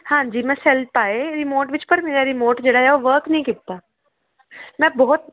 ਹਾਂਜੀ ਮੈਂ ਸੈੱਲ ਪਾਏ ਰਿਮੋਟ ਵਿੱਚ ਪਰ ਮੇਰਾ ਰਿਮੋਟ ਜਿਹੜਾ ਆ ਉਹ ਵਰਕ ਨਹੀਂ ਕੀਤਾ ਮੈਂ ਬਹੁਤ